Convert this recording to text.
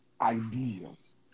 ideas